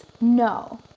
no